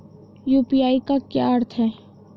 UPI का क्या अर्थ है?